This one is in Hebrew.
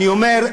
אני אומר,